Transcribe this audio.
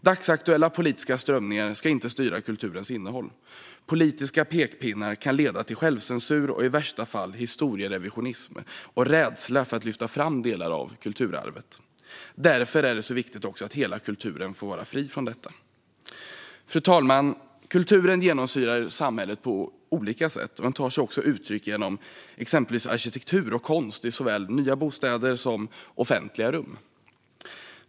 Dagsaktuella politiska strömningar ska inte styra kulturens innehåll. Politiska pekpinnar kan leda till självcensur och i värsta fall historierevisionism och rädsla för att lyfta fram delar av kulturarvet. Därför är det viktigt att hela kulturen får vara fri från detta. Fru talman! Kulturen genomsyrar samhället på olika sätt, och den tar sig också uttryck genom arkitektur och konst i såväl nya bostäder som offentliga rum.